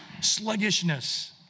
sluggishness